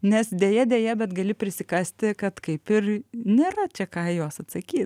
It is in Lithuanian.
nes deja deja bet gali prisikasti kad kaip ir nėra čia ką į juos atsakyt